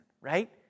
right